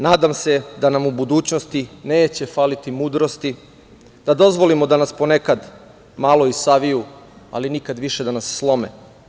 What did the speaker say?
Nadam se da nam u budućnosti neće faliti mudrosti, da dozvolimo da nas ponekad malo i saviju, ali da nas nikad više da nas slome.